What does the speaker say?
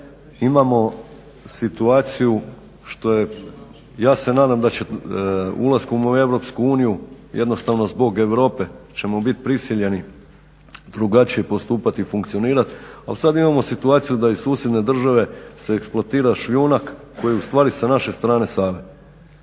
imamo situaciju što je, ja se nadam da ćemo ulaskom u EU jednostavno zbog Europe ćemo biti prisiljeni drugačije pristupiti i funkcionirati. Al sad imamo situaciju da iz susjedne države se ekslotira šljunak koji ustvari sa naše strane Save